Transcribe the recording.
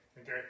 Okay